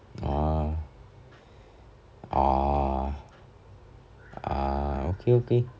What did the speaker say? ah orh ah okay okay